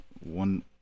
one